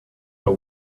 but